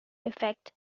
effect